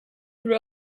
grew